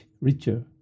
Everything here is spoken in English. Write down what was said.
richer